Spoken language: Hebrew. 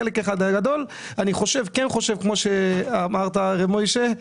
אני כן חושב כמו שאמרת הרב מויש'ה,